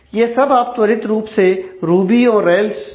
यह सब आप त्वरित रूप से रुबी ओं रेल्स पर कर सकते हैं